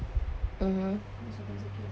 mmhmm